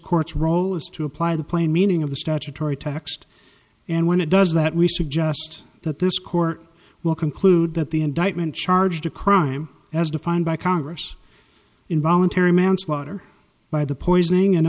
court's role is to apply the plain meaning of the statutory text and when it does that we suggest that this court will conclude that the indictment charged a crime as defined by congress involuntary manslaughter by the poisoning and